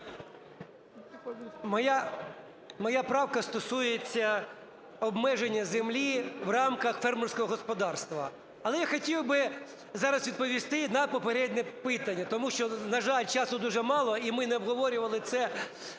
Моя правка стосується обмеження землі в рамках фермерського господарства. Але я хотів би зараз відповісти на попереднє запитання, тому що, на жаль, часу дуже мало, і ми не обговорювали це в